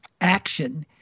action